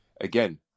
again